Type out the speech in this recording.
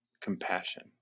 compassion